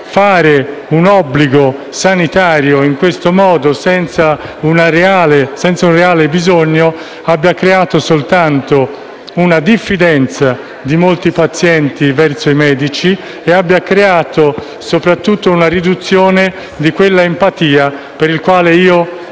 imporre un obbligo sanitario in questo modo, senza un reale bisogno, abbia creato soltanto la diffidenza di molti pazienti verso i medici e soprattutto la riduzione di quell'empatia che considero